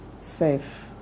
safe